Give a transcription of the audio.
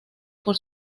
por